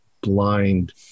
blind